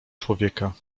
człowieka